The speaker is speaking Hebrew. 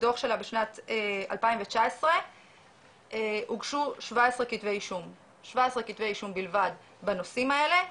מדוך שלה משנת 2019 הוגשו 17 כתבי אישום בלבד בנושאים האלה,